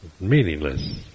Meaningless